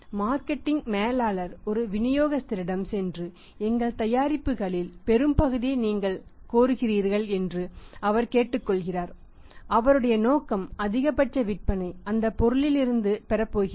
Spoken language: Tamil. மார்க்கெட்டிங் மேலாளர் ஒரு விநியோகஸ்தரிடம் சென்று எங்கள் தயாரிப்புகளில் பெரும்பகுதியை நீங்கள் கோருகிறீர்கள் என்று அவர் கேட்டுக்கொள்கிறார் அவருடைய நோக்கம் அதிகபட்ச விற்பனை அந்த பொருளிலிருந்து பெறப்போகிறார்